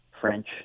French